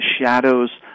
shadows